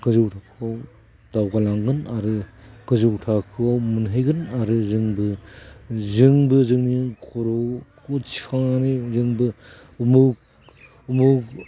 गोजौ थाखोआव दावगालांगोन आरो गोजौ थाखोआव मोनहैगोन आरो जोंबो जोंबो जोंनि खर'खौ थिखांनानै जोंबो